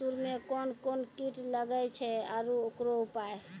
मसूर मे कोन कोन कीट लागेय छैय आरु उकरो उपाय?